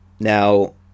Now